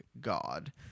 God